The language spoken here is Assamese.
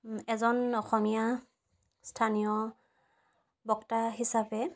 এজন অসমীয়া স্থানীয় বক্তা হিচাপে